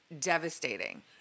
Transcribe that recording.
devastating